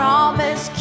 Promise